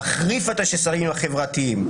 מחריף את השסעים החברתיים.